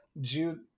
Jude